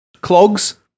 Clogs